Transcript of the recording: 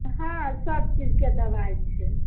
हँ सब चीजके दबाइ छै